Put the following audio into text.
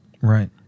Right